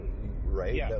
right